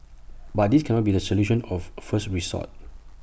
but this cannot be the solution of first resort